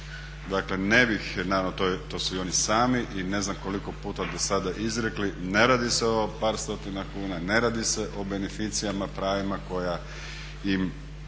mijenja. Naravno to su i oni sami i ne znam koliko puta dosada izrekli, ne radi se o par stotina kuna, ne radi se o beneficijama, pravima koja im